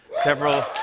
several